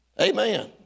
Amen